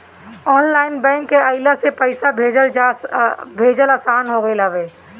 online bank के अइला से पईसा भेजल आसान हो गईल हवे